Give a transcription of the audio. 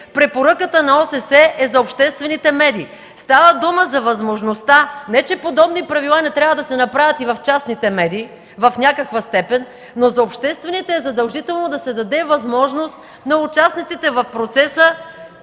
Препоръката на ОССЕ е за обществените медии. Става дума за възможността, не че подобни правила не трябва да се направят и в частните медии в някаква степен, но за обществените е задължително да се даде възможност на участниците в процеса